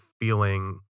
feeling